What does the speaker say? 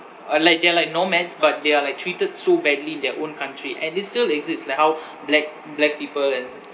uh like they are like nomads but they are like treated so badly in their own country and they still exist like how black black people and